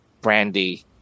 Brandy